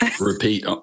repeat